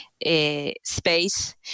Space